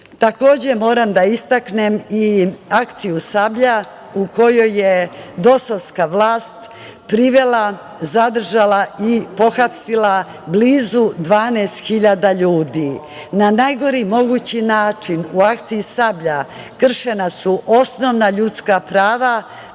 moram da istaknem i akciju „Sablja“, u kojoj je DOS-ovska vlast privela, zadržala i pohapsila blizu 12.000 ljudi. Na najgori mogući način, u akciji „Sablja“ kršena su osnovna ljudska prava,